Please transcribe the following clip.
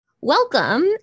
welcome